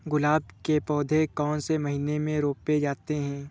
गुलाब के पौधे कौन से महीने में रोपे जाते हैं?